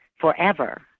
forever